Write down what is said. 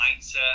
mindset